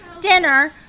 dinner